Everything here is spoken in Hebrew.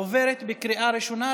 עברה בקריאה ראשונה,